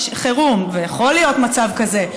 ויכול להיות מצב כזה,